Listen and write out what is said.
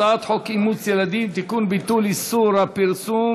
הצעת חוק אימוץ ילדים (תיקון, ביטול איסור הפרסום